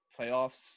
playoffs